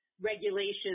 regulations